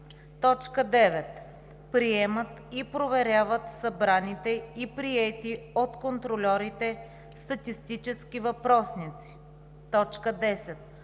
9. приемат и проверяват събраните и приети от контрольорите статистически въпросници; 10.